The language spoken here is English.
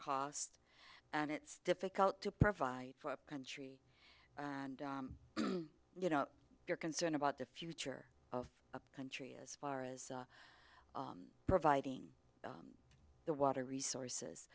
cost and it's difficult to provide for a country and you know you're concerned about the future of a country as far as providing the water resources